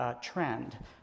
trend